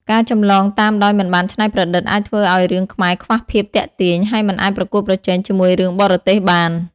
ការចម្លងតាមដោយមិនបានច្នៃប្រឌិត អាចធ្វើឲ្យរឿងខ្មែរខ្វះភាពទាក់ទាញ ហើយមិនអាចប្រកួតប្រជែងជាមួយរឿងបរទេសបាន។